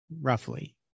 roughly